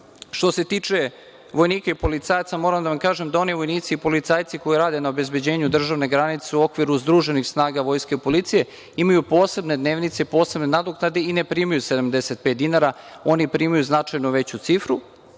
se tiče vojnika i policajaca, moram da vam kažem da oni vojnici i policajci koji rade na obezbeđenju državne granice u okviru združenih snaga vojske i policije, imaju posebne dnevnice, posebne nadoknade i ne primaju 75 dinara, oni primaju značajno veću cifru.